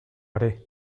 haré